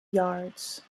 yards